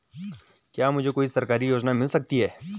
क्या मुझे कोई सरकारी योजना मिल सकती है?